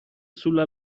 sulla